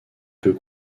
peu